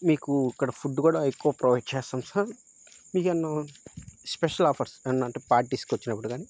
మీకు ఇక్కడ ఫుడ్ కూడా ఎక్కువ ప్రొవైడ్ చేస్తాం సార్ మీకేవన్నా స్పెషల్ ఆఫర్స్ ఏవన్నా అంటే పార్టీస్కు వచ్చినప్పుడు కానీ